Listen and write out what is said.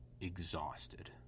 exhausted